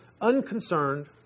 unconcerned